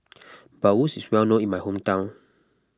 Bratwurst is well known in my hometown